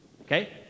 okay